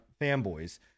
fanboys